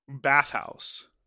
bathhouse